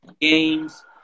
games –